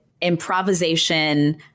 improvisation